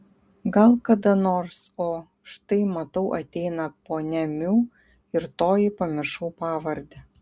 gal kada nors o štai matau ateina ponia miu ir toji pamiršau pavardę